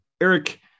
Eric